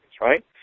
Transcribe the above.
right